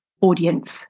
audience